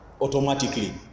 automatically